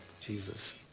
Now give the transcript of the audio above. Jesus